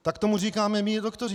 Tak tomu říkáme my doktoři.